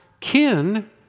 kin